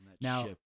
Now